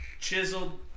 chiseled